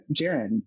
Jaren